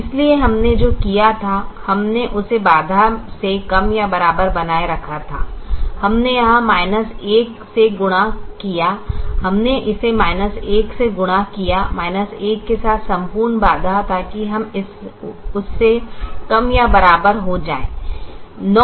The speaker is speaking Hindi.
इसलिए हमने जो किया था हमने उसे बाधा से कम या बराबर बनाए रखा था हमने यहां 1 से गुणा किया हमने इसे 1 से गुणा किया 1 के साथ संपूर्ण बाधा ताकि हम उससे कम या बराबर हो जाएं